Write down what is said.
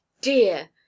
dear